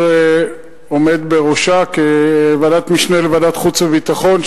עומד בראשה כוועדת משנה לוועדת חוץ וביטחון,